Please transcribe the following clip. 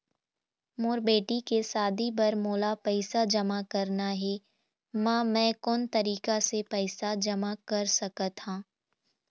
मोर बेटी के शादी बर मोला पैसा जमा करना हे, म मैं कोन तरीका से पैसा जमा कर सकत ह?